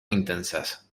intensas